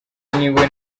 niwe